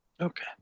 Okay